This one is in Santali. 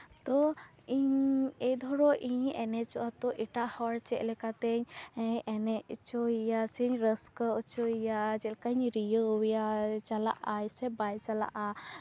ᱛᱚ ᱤᱧ ᱮᱭ ᱫᱷᱚᱨᱚ ᱤᱧ ᱮᱱᱮᱡᱚᱜᱼᱟ ᱛᱚ ᱮᱴᱟᱜ ᱦᱚᱲ ᱪᱮᱫ ᱞᱮᱠᱟ ᱛᱤᱧ ᱮᱱᱮᱡ ᱦᱚᱪᱚᱭᱮᱭᱟ ᱥᱮᱧ ᱨᱟᱹᱥᱠᱟᱹ ᱦᱚᱪᱚᱭᱮᱭᱟ ᱪᱮᱫᱞᱮᱠᱟᱧ ᱨᱤᱭᱟᱹᱣᱮᱭᱟ ᱪᱟᱞᱟᱜᱼᱟᱭ ᱥᱮ ᱵᱟᱭ ᱪᱟᱞᱟᱜᱼᱟ